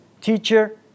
Teacher